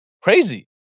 crazy